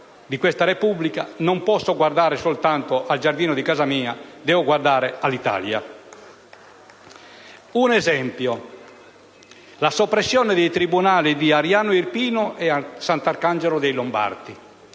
Un esempio è la soppressione dei tribunali di Ariano Irpino e Sant'Angelo dei Lombardi.